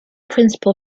principal